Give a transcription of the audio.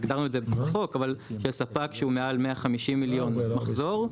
הגדרנו את זה בחוק אבל של ספק שהוא מעל 150 מיליון מחזור,